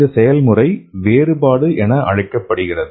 இந்த செயல்முறை டிஃபரென்ஷியேஷன் என அழைக்கப்படுகிறது